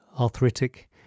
arthritic